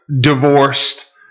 divorced